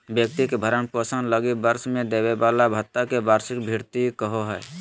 व्यक्ति के भरण पोषण लगी वर्ष में देबले भत्ता के वार्षिक भृति कहो हइ